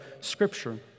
Scripture